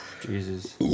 jesus